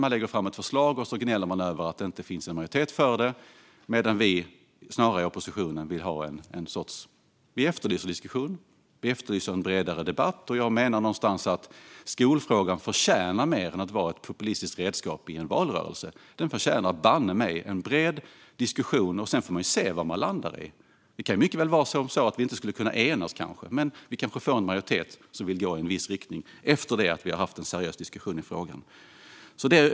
Man lägger fram ett förslag, och sedan gnäller man över att det inte finns någon majoritet för det. Vi i oppositionen efterlyser snarare en diskussion. Vi efterlyser en bredare debatt. Jag menar att skolfrågan förtjänar mer än att vara ett populistiskt redskap i en valrörelse. Den förtjänar banne mig en bred diskussion. Sedan får vi se vad den landar i. Det kan mycket väl vara på det sättet att vi kanske inte kan enas. Men vi kanske får en majoritet som vill gå i en viss riktning efter att vi har haft en seriös diskussion i frågan.